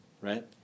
Right